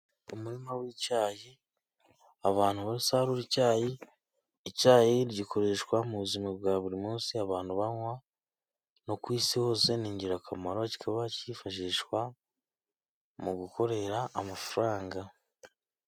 Umurima w'icayi, abantu basarura icayi, icyayi gikoreshwa mu buzima bwa buri munsi abantu banywa, no ku isi hose ni ingirakamaro kikaba cyifashishwa mu gukorera amafaranga.